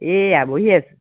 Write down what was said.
এইয়া বহি আছোঁ